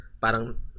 parang